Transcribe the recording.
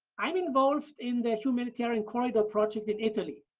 i'm involved in the humanitarian corridor project in italy,